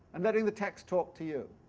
and letting the text talk to you,